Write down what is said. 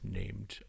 named